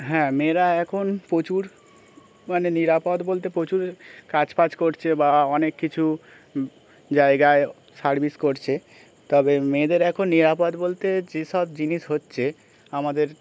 হ্যাঁ মেয়েরা এখন প্রচুর মানে নিরাপদ বলতে প্রচুর কাজ ফাজ করছে বা অনেক কিছু জায়গায় সার্ভিস করছে তবে মেয়েদের এখন নিরাপদ বলতে যেসব জিনিস হচ্ছে আমাদের